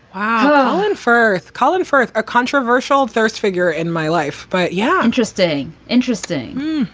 oh, and firth colin firth. a controversial first figure in my life. but yeah interesting. interesting.